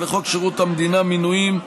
לחוק שירות המדינה (מינויים),